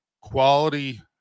quality